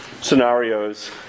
scenarios